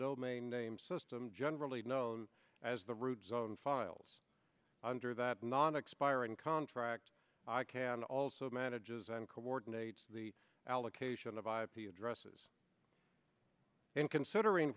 domain name system generally known as the root zone files under that non expiring contract i can also manages and coordinates the allocation of ip addresses in considering